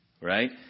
Right